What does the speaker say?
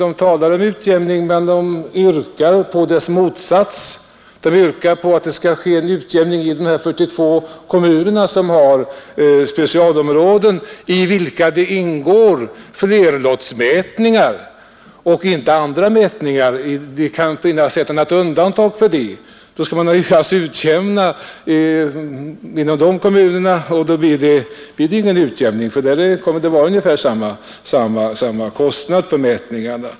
De talar om en utjämning men yrkar på dess motsats: de yrkar på att det skall ske en utjämning inom de 42 kommunerna som har specialområden i vilka det ingår i huvudsak flerlottsmätningar Det kan finnas ett och annat undantag, och då skall man alltså utjämna inom de kommunerna. Men då blir det ingen utjämning, eftersom det kommer att vara ungefär samma kostnader där för mätningar.